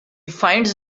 finds